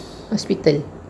hospital